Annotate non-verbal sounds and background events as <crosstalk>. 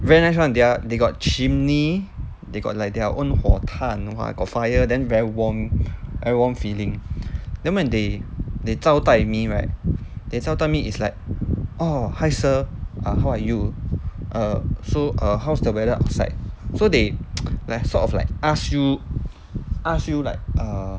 very nice one they're they got chimney they got like their own 火炭 !wah! got fire then very warm very warm feeling then when they they 招待 me right they 招待 me is like oh hi sir ah how are you err so err how's the weather outside so they <noise> like sort of like ask you ask you like err